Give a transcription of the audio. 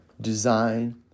design